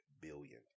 billion